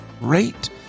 rate